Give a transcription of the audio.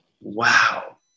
Wow